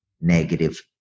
negative